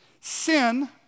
Sin